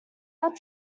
out